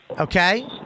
Okay